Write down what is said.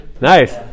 Nice